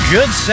Good